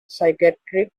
psychiatric